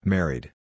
Married